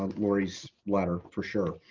laurie's letter for sure.